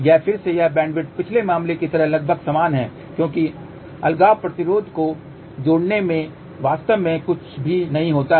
यह फिर से यह बैंडविड्थ पिछले मामले की तरह लगभग समान है क्योंकि अलगाव प्रतिरोध को जोड़ने से वास्तव में कुछ भी नहीं होता है